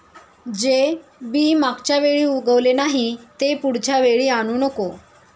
जे बी मागच्या वेळी उगवले नाही, ते पुढच्या वेळी आणू नको